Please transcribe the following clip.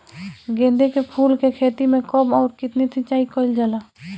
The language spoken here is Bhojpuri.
गेदे के फूल के खेती मे कब अउर कितनी सिचाई कइल जाला?